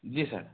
जी sir